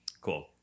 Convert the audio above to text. Cool